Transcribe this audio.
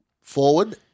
forward